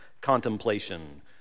contemplation